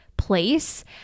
place